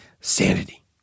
sanity